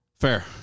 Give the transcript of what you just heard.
Fair